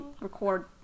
record